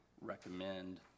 recommend